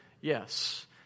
yes